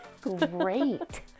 Great